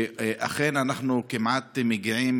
שאכן אנחנו כמעט מגיעים